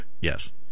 Yes